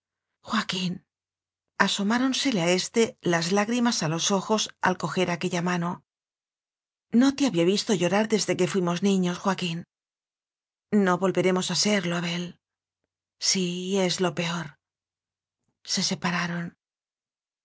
dijo joaquín asomáronsele a éste las lá grimas a los ojos al cojer aquella mano no te había visto llorar desde que fui mos niños joaquín no volveremos a serlo abel sí y es lo peor se separaron